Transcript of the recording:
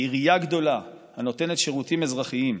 לעירייה גדולה הנותנת שירותים אזרחיים.